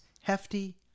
Hefty